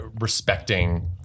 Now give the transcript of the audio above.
respecting